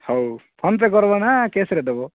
ହଉ ଫୋନ୍ ପେ କରିବ ନା କ୍ୟାସ୍ ରେ ଦେବ